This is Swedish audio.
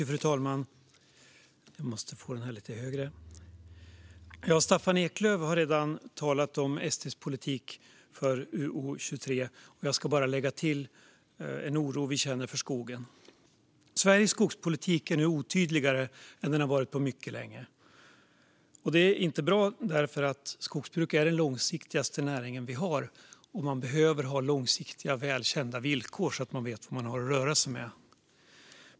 Fru talman! Staffan Eklöf har redan talat om SD:s politik för utgiftsområde 23. Jag ska bara lägga till den oro vi känner för skogen. Sveriges skogspolitik är nu otydligare än den har varit på mycket länge. Det är inte bra, för skogsbruk är den långsiktigaste näringen vi har. Man behöver ha långsiktiga och välkända villkor så att man vet vad man har att röra sig med.